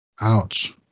Ouch